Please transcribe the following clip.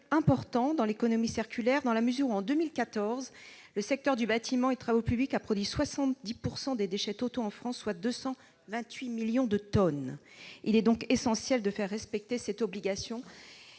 important pour l'économie circulaire, dans la mesure où, en 2014, le secteur du bâtiment et des travaux publics a produit 70 % des déchets totaux en France, soit 228 millions de tonnes. Il est donc essentiel de faire respecter cette obligation